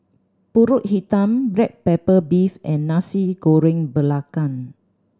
Pulut Hitam black pepper beef and Nasi Goreng Belacan